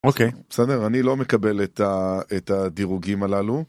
אוקי, בסדר, אני לא מקבל את ה... את הדירוגים הללו.